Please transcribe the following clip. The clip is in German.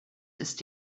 ist